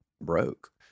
broke